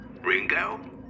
Ringo